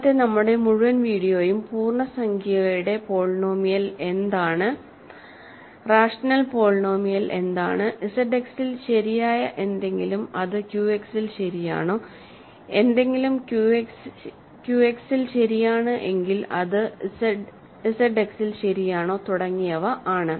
ഇന്നത്തെ നമ്മുടെ മുഴുവൻ വീഡിയോയും പൂർണ്ണസംഖ്യയുടെ പോളിനോമിയൽ എന്താണ് റാഷണൽ പോളിനോമിയൽ എന്താണ് ZX ൽ ശരിയായ എന്തെങ്കിലും അത് QX ൽ ശരിയാണോ എന്തെങ്കിലും QXൽ ശരിയാണ് ആണെങ്കിൽ അത് ZX ൽ ശരിയാണോ തുടങ്ങിയവ ആണ്